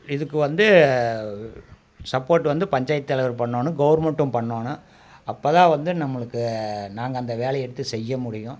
இதுக்கு வந்து சப்போர்ட் வந்து பஞ்சாயத்து தலைவர் பண்ணனும் கவுர்மெண்ட்டும் பண்ணனும் அப்போதான் வந்து நம்மளுக்கு நாங்கள் அந்த வேலையை எடுத்து செய்ய முடியும்